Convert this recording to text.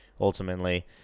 ultimately